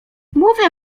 mówię